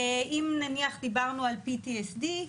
אם נניח דיברנו על PTSD,